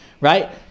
right